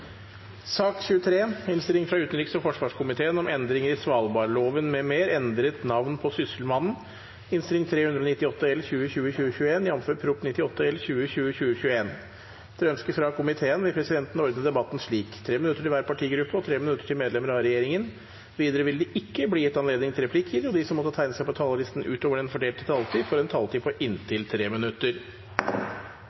om ordet til sak nr. 23. Etter ønske fra utenriks- og forsvarskomiteen vil presidenten ordne debatten slik: 3 minutter til hver partigruppe og 3 minutter til medlemmer av regjeringen. Videre vil det ikke bli gitt anledning til replikker, og de som måtte tegne seg på talerlisten utover den fordelte taletid, får også en taletid på